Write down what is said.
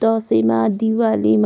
दसैँमा दिवालीमा